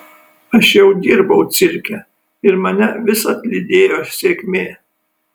aš jau dirbau cirke ir mane visad lydėjo sėkmė